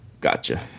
Gotcha